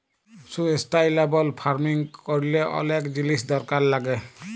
sustainable farming ক্যরলে অলেক জিলিস দরকার লাগ্যে